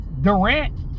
Durant